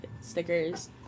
stickers